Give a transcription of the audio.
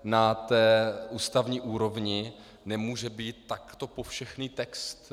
Na ústavní úrovni nemůže být takto povšechný text.